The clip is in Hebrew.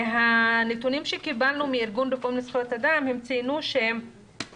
מהנתונים שקיבלנו מארגון רופאים לזכויות אדם הם ציינו שבשנת